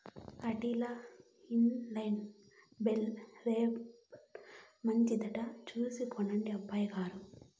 ఆటిల్ల inline bale wrapper మంచిదట చూసి కొనండి అబ్బయిగారు